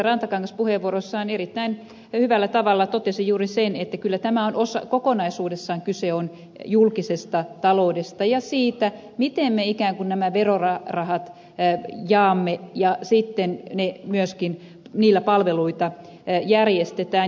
rantakangas puheenvuorossaan erittäin hyvällä tavalla totesi juuri sen että kyllä tässä kokonaisuudessaan kyse on julkisesta taloudesta ja siitä miten me ikään kuin nämä verorahat jaamme ja sitten niillä myöskin palveluita järjestetään